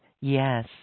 Yes